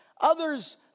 Others